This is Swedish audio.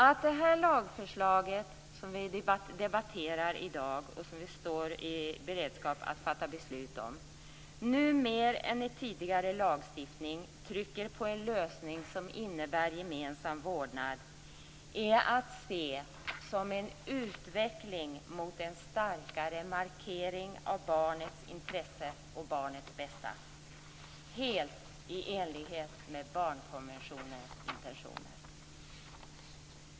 Att det lagförslag, som vi debatterar i dag och som vi står i begrepp att fatta beslut om, nu mer än i tidigare lagstiftning betonar en lösning som innebär gemensam vårdnad är att se som en utveckling mot en starkare markering av barnets intresse och barnets bästa - helt i enlighet med barnkonventionens intentioner.